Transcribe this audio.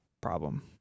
problem